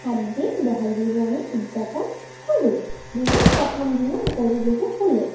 সাত দিন বহাগ বিহু আমি উদযাপন কৰোঁ বিহুৰ প্ৰথম দিনা গৰু বিহু বোলে